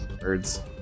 birds